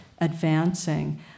advancing